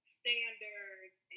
standards